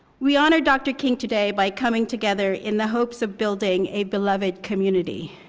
we honor dr. king today by coming together in the hopes of building a beloved community.